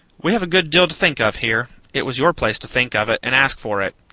we have a good deal to think of here it was your place to think of it and ask for it.